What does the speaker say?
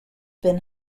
been